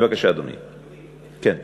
בבקשה, אדוני, כן.